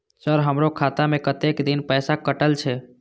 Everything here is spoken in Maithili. सर हमारो खाता में कतेक दिन पैसा कटल छे?